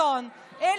אופוזיציה.